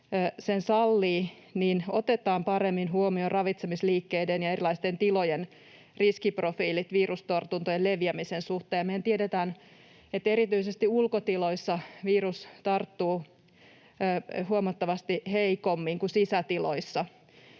sen sallii, otetaan paremmin huomioon ravitsemisliikkeiden ja erilaisten tilojen riskiprofiilit virustartuntojen leviämisen suhteen. Mehän tiedetään, että erityisesti ulkotiloissa virus tarttuu huomattavasti heikommin kuin sisätiloissa.